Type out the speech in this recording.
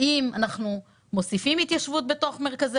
האם אנחנו מוסיפים התיישבות בתוך מרכזי